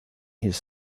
his